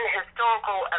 historical